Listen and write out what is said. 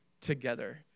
together